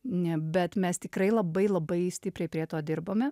ne bet mes tikrai labai labai stipriai prie to dirbome